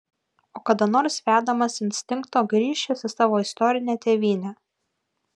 o kada nors vedamas instinkto grįš jis į savo istorinę tėvynę